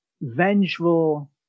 vengeful